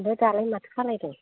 ओमफ्राय दालाय माथो खालामदों